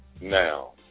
now